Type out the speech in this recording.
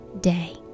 day